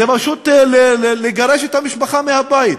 זה פשוט לגרש את המשפחה מהבית.